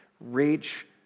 reach